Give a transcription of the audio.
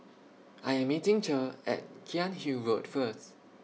I Am meeting Cher At Cairnhill Road First